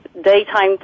daytime